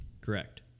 Correct